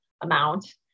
amount